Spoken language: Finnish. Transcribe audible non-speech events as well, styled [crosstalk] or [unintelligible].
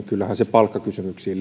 palkkakysymyksiin [unintelligible]